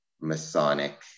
Masonic